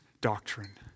doctrine